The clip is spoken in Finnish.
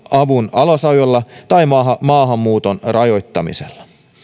alasajolla tai maahanmuuton rajoittamisella